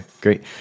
great